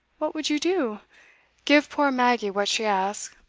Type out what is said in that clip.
what would you do give poor maggie what she asks,